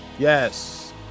Yes